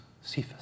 Cephas